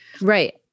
Right